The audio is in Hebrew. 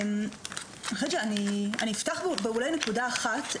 אני אפתח בנקודה אחת,